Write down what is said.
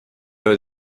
ööd